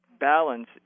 balance